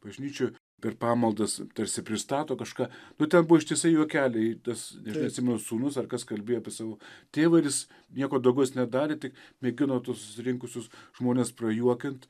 bažnyčioj per pamaldas tarsi pristato kažką nu ten buvo ištisai juokeliai tas aš neatsimenu sūnus ar kas kalbėjo apie savo tėvą ir jis nieko daugiau jis nedarė tik mėgino susirinkusius žmones prajuokint